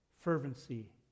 fervency